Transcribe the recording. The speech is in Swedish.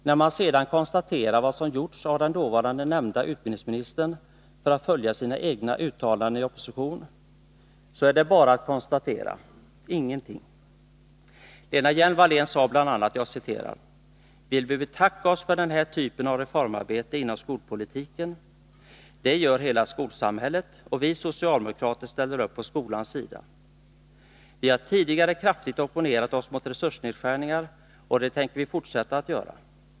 När man sedan konstaterar vad som gjorts av den nämnda nuvarande utbildningsministern för att följa sina egna uttalanden i opposition, är det bara att konstatera: ingenting. Lena Hjelm-Wallén sade bl.a.: ”Vi vill betacka oss för den här typen av ”reformarbete” inom skolpolitiken. Det gör hela skolsamhället, och vi socialdemokrater ställer upp på skolans sida. Vi har tidigare kraftigt opponerat oss mot resursnedskärningarna, och det tänker vi fortsätta med.